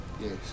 Yes